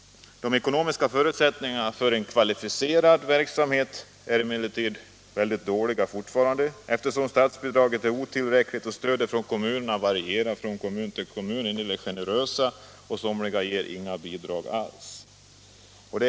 De ekonomiska förutsättningarna för en kvalificerad verksamhet är Nr 84 dock fortfarande dåliga, eftersom statsbidraget är otillräckligt och stödet Torsdagen den från kommunerna varierar mellan tämligen generösa anslag från somliga 10 mars 1977 kommuners sida och inga bidrag alls från andra.